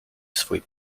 swój